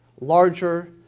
larger